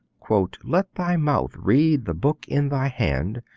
let thy mouth read the book in thy hand,